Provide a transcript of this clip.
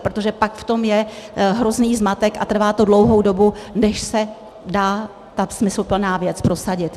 Protože pak v tom je hrozný zmatek a trvá to dlouhou dobu, než se dá ta smysluplná věc prosadit.